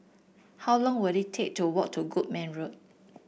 how long will it take to walk to Goodman Road